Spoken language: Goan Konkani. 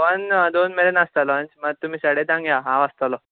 बंद दोन मेरेन आसता लंच मात तुमी साडे धांक येयात हांव आसतलो